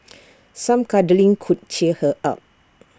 some cuddling could cheer her up